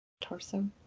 Torso